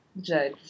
judge